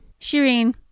Shireen